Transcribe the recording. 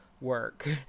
work